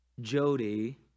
Jody